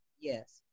Yes